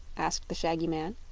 asked the shaggy man.